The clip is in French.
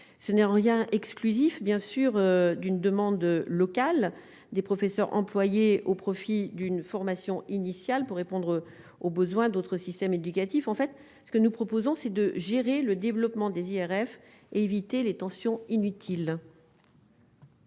ce n'est rien, exclusif, bien sûr, d'une demande locale des professeurs, employé au profit d'une formation initiale pour répondre aux besoins d'autres systèmes éducatifs, en fait, ce que nous proposons, c'est de gérer le développement des IRF éviter les tensions inutiles.